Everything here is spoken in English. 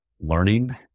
learning